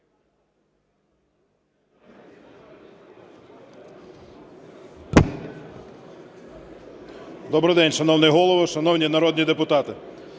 Добрий день, шановний Голово, шановні народні депутати!